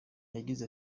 yagize